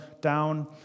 down